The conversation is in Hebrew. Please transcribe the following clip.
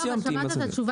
לא, אבל שמעת את התשובה שלו?